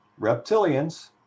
reptilians